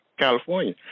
California